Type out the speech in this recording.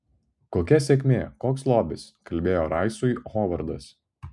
kokia sėkmė koks lobis kalbėjo raisui hovardas